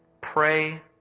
pray